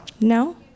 No